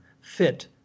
fit